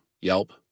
Yelp